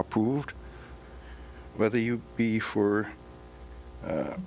approved whether you'd be for